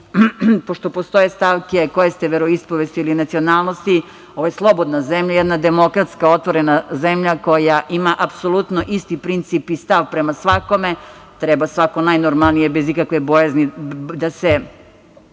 pošto postoje stavke koje ste veroispovesti ili nacionalnosti, ovo je slobodna zemlja, jedna demokratska, otvorena zemlja koja ima apsolutno isti princip i stav prema svakome, treba svako najnormalnije, bez ikakve bojazni da se